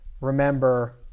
remember